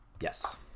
Yes